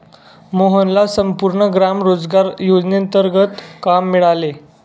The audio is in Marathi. मोहनला संपूर्ण ग्राम रोजगार योजनेंतर्गत काम मिळाले